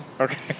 Okay